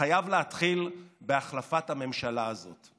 חייב להתחיל בהחלפת הממשלה הזאת.